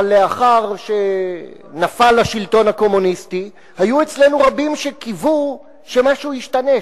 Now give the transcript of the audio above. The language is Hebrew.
אבל לאחר שנפל השלטון הקומוניסטי היו אצלנו רבים שקיוו שמשהו ישתנה,